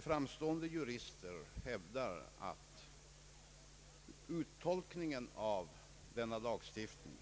Fram stående jurister hävdar emellertid att uttolkningen av denna lagstiftning